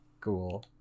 cool